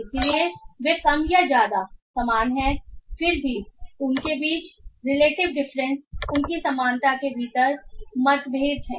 इसलिए वे कम या ज्यादा समान हैं फिर भी उनके बीच रिलेटिव डिफरेंस उनकी समानता के भीतर मतभेद हैं